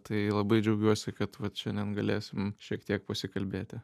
tai labai džiaugiuosi kad vat šiandien galėsim šiek tiek pasikalbėti